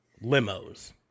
limos